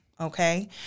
Okay